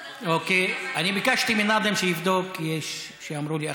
אני ביקשתי מנאזם שיבדוק, כי יש שאמרו לי אחרת.